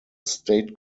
state